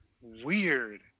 Weird